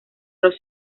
los